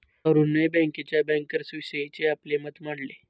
अरुणने बँकेच्या बँकर्सविषयीचे आपले मत मांडले